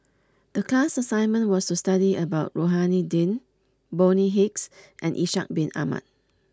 the class assignment was to study about Rohani Din Bonny Hicks and Ishak bin Ahmad